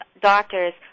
doctors